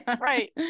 Right